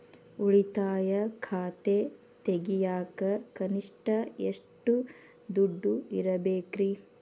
ಉಳಿತಾಯ ಖಾತೆ ತೆಗಿಯಾಕ ಕನಿಷ್ಟ ಎಷ್ಟು ದುಡ್ಡು ಇಡಬೇಕ್ರಿ?